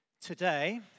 Today